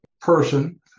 person